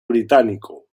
británico